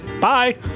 Bye